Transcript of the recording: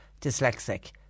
dyslexic